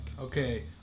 okay